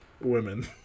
women